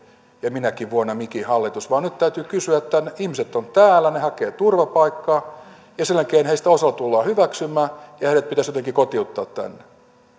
ja minäkin vuonna mikin hallitus vaan nyt ne ihmiset ovat täällä he hakevat turvapaikkaa ja sen jälkeen heistä osa tullaan hyväksymään ja heidät pitäisi jotenkin kotiuttaa tänne